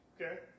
okay